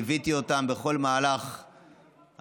ליוויתי אותם בכל מהלך הפטירה,